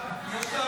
אז תלחץ על